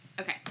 Okay